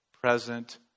present